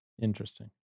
Interesting